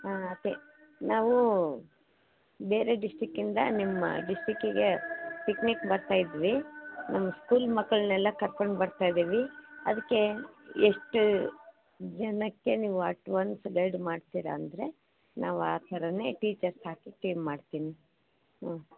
ಹಾಂ ಅದೇ ನಾವು ಬೇರೆ ಡಿಷ್ಟಿಕ್ಕಿಂದ ನಿಮ್ಮ ಡಿಷ್ಟಿಕ್ಕಿಗೆ ಪಿಕ್ನಿಕ್ ಬರ್ತಾ ಇದ್ವಿ ನಮ್ಮ ಸ್ಕೂಲ್ ಮಕ್ಕಳನ್ನೆಲ್ಲ ಕರ್ಕೊಂಡು ಬರ್ತಾ ಇದ್ದೀವಿ ಅದಕ್ಕೆ ಎಷ್ಟು ಜನಕ್ಕೆ ನೀವು ಅಡ್ವಾನ್ಸ್ ಗೈಡ್ ಮಾಡ್ತೀರಾಂದ್ರೆ ನಾವು ಆ ಥರಾನೆ ಟೀಚರ್ಸ್ ಹಾಕಿ ಕ್ಲೇಮ್ ಮಾಡ್ತೀನಿ ಹ್ಞೂ